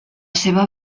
seva